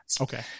Okay